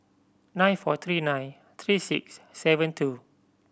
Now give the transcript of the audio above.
nine four three nine three six seven two